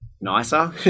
nicer